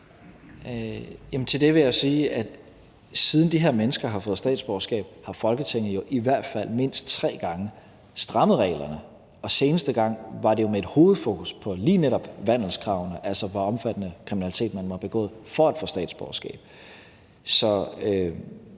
Til det vil jeg sige, at siden de her mennesker har fået statsborgerskab, har Folketinget i hvert fald mindst tre gange strammet reglerne, og den seneste gang var det jo med hovedfokus på lige netop vandelskravet, altså hvor omfattende kriminalitet man må have begået for at få statsborgerskab.